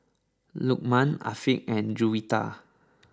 Lukman Afiq and Juwita